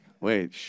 Wait